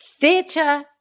theatre